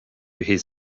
his